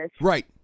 Right